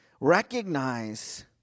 Recognize